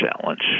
challenge